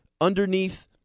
underneath